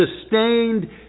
sustained